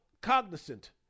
cognizant